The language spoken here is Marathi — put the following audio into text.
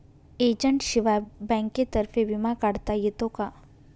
एजंटशिवाय बँकेतर्फे विमा काढता येतो का?